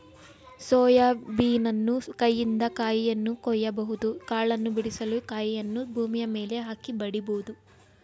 soya ಬೀನನ್ನು ಕೈಯಿಂದ ಕಾಯಿಯನ್ನು ಕೊಯ್ಯಬಹುದು ಕಾಳನ್ನು ಬಿಡಿಸಲು ಕಾಯಿಯನ್ನು ಭೂಮಿಯ ಮೇಲೆ ಹಾಕಿ ಬಡಿಬೋದು